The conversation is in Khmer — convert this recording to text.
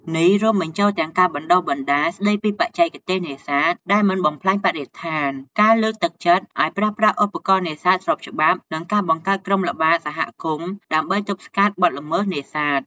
នេះរួមបញ្ចូលទាំងការបណ្តុះបណ្តាលស្តីពីបច្ចេកទេសនេសាទដែលមិនបំផ្លាញបរិស្ថាន ការលើកទឹកចិត្តឱ្យប្រើប្រាស់ឧបករណ៍នេសាទស្របច្បាប់ និងការបង្កើតក្រុមល្បាតសហគមន៍ដើម្បីទប់ស្កាត់បទល្មើសនេសាទ។